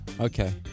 okay